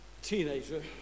teenager